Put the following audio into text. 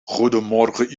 goedemorgen